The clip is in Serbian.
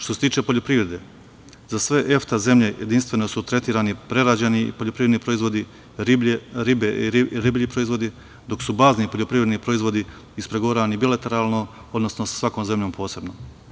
Što se tiče poljoprivrede, za sve EFTA zemlje jedinstveno su tretirani prerađeni poljoprivredni proizvodi, riblji proizvodi, dok su bazni poljoprivredni proizvodi ispregovarani bilateralno, odnosno sa svakom zemljom posebno.